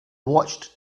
watched